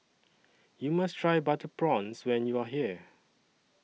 YOU must Try Butter Prawns when YOU Are here